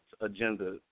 agenda